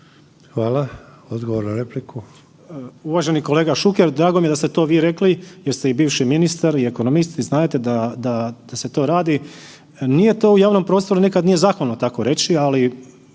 Hvala, odgovor na repliku.